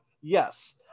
yes